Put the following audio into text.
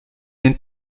den